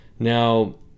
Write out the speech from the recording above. Now